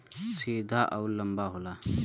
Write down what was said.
सीधा अउर लंबा होला